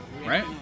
right